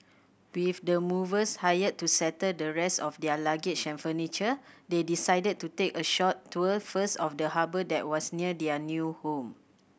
with the movers hired to settle the rest of their luggage and furniture they decided to take a short tour first of the harbour that was near their new home